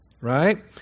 Right